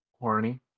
Horny